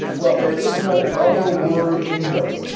well, there is no other word in them.